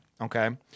okay